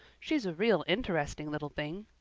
she's a real interesting little thing,